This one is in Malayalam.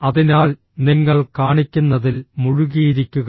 അതിനാൽ നിങ്ങൾ കാണിക്കുന്നതിൽ മുഴുകിയിരിക്കുക